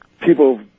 people